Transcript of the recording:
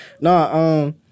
No